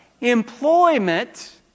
employment